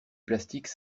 plastique